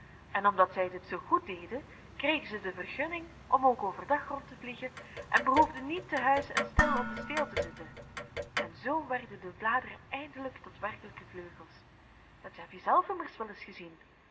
en omdat zij dit zoo goed deden kregen zij de vergunning om ook overdag rond te vliegen en behoefden niet te huis en stil op den steel te zitten en zoo werden de bladeren eindelijk tot werkelijke vleugels dat heb je zelf immers wel eens gezien